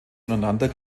voneinander